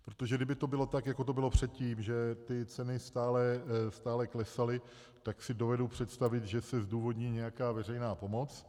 Protože kdyby to bylo tak, jako to bylo předtím, že ceny stále klesaly, tak si dovedu představit, že se zdůvodní nějaká veřejná pomoc.